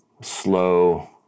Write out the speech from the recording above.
slow